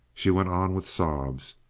she went on with sobs,